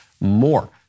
more